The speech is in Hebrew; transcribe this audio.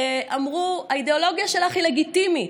אמרו: האידיאולוגיה שלך היא לגיטימית,